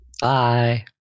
Bye